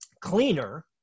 cleaner